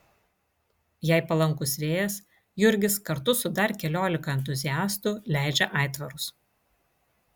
jei palankus vėjas jurgis kartu su dar keliolika entuziastų leidžia aitvarus